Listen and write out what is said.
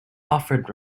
offered